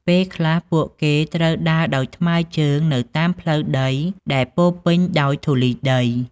ពេលខ្លះពួកគេត្រូវដើរដោយថ្មើរជើងនៅតាមផ្លូវដីដែលពោរពេញដោយធូលីដី។